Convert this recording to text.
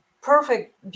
perfect